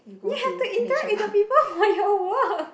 ya to interact with the people from your work